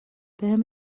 بهم